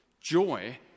Joy